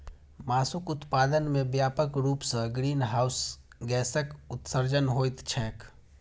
मासुक उत्पादन मे व्यापक रूप सं ग्रीनहाउस गैसक उत्सर्जन होइत छैक